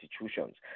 institutions